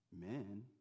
men